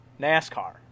NASCAR